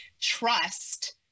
trust